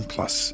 Plus